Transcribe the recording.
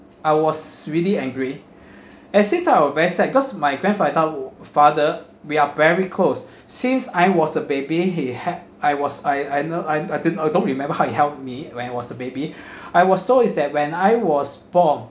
I was really angry at the same time I was very sad cause my grandfather father we are very close since I was a baby he had I was I I know I I didn't I don't remember how he helped me when I was a baby I was told is that when I was born